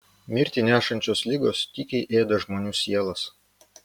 mirtį nešančios ligos tykiai ėda žmonių sielas